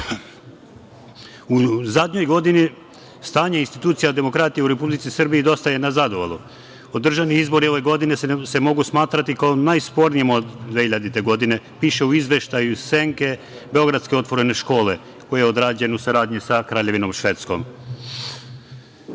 zadnjoj godini stanje institucija demokratije u Republici Srbiji dosta je nazadovalo. Održani izbori ove godine se mogu smatrati kao najspornijem od 2000. godine, piše u Izveštaju Beogradske otvorene škole, koji je odrađen u saradnji sa Kraljevinom Švedskom. Godina